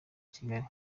kigali